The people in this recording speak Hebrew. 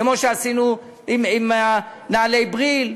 כמו שעשינו עם נעלי "בריל",